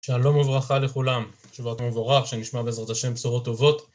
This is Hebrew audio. שלום וברכה לכולם, שבעות המבורך שנשמע בעזרת השם בשורות טובות